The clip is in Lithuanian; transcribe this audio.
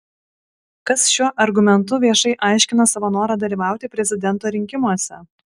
kas šiuo argumentu viešai aiškina savo norą dalyvauti prezidento rinkimuose